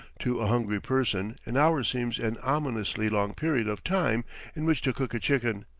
to a hungry person an hour seems an ominously long period of time in which to cook a chicken,